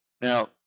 Now